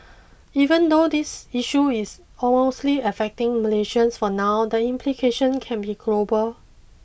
even though this issue is mostly affecting Malaysians for now the implications can be global